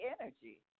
energy